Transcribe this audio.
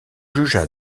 jugea